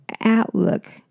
outlook